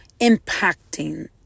impacting